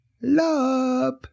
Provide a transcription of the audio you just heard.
love